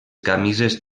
camises